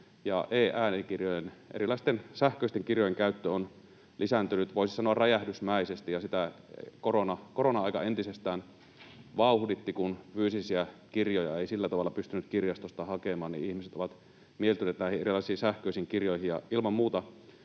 e-äänikirjojen, erilaisten sähköisten kirjojen, käyttö on lisääntynyt, voisi sanoa, räjähdysmäisesti ja sitä korona-aika entisestään vauhditti, kun fyysisiä kirjoja ei sillä tavalla pystynyt kirjastosta hakemaan, niin ihmiset ovat mieltyneet näihin erilaisiin sähköisiin kirjoihin.